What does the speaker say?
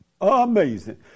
Amazing